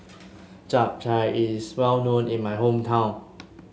Chap Chai is well known in my hometown